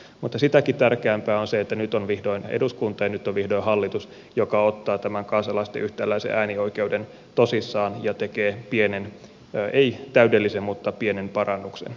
mutta sitäkin tärkeämpää on se että nyt on vihdoin eduskunta ja nyt on vihdoin hallitus joka ottaa tämän kansalaisten yhtäläisen äänioikeuden tosissaan ja tekee pienen ei täydellistä mutta pienen parannuksen